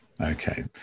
Okay